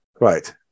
Right